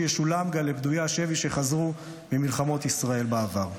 ישולם גם לפדויי השבי שחזרו ממלחמות ישראל בעבר.